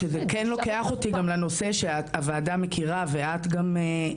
זה לוקח אותי לנושא שאת והוועדה מכירים היטב,